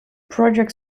project